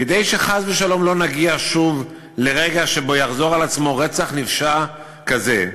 כדי שחס ושלום לא נגיע שוב לרגע שבו יחזור על עצמו רצח נפשע כזה,